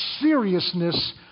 seriousness